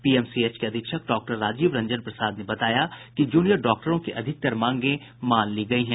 PMCH के अधीक्षक doctor Rajiv Ranjan Prasad ने बताया कि जूनियर डॉक्टरों की अधिकतर मांगे मान ली गयी हैं